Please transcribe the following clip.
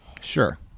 Sure